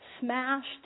smashed